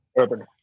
Urban